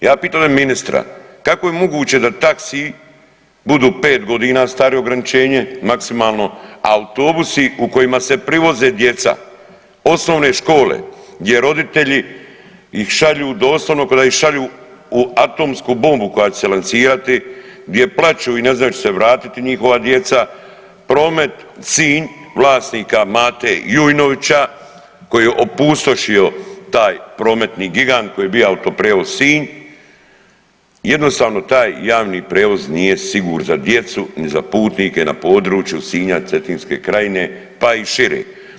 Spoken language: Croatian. Ja pitam ministra, kako je moguće da taxiji budu 5 godina stari ograničenje maksimalno, a autobusi u kojima se privoze djeca, osnovne škole, gdje roditelji ih šalju doslovno k'o da ih šalju u atomsku bombu koja će se lansirati, gdje plaču i ne znaju hoće se vratiti njihova djeca, Promet Sinj vlasnika Mate Jujnovića koji je opustošio taj prometni gigant koji je bija Autoprijevoz Sinj, jednostavno taj javni prijevoz nije siguran za djecu ni za putnike na području Sinja i Cetinske krajine, pa i šire.